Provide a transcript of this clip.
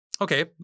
Okay